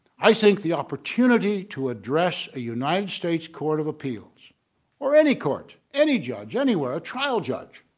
i think the opportunity to address a united states court of appeals or any court any judge anywhere a trial judge.